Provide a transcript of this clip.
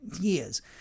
years